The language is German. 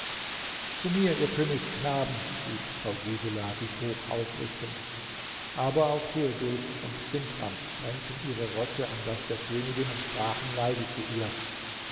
zu mir ihr königsknaben rief frau gisela sich hoch aufrichtend aber auch theodulf und sintram drängten ihre rosse an das der königin und sprachen leise zu ihr